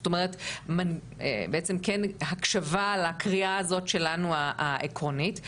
זאת אומרת בעצם כן הקשבה לקריאה הזאת שלנו העקרונית,